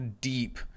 deep